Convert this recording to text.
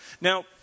Now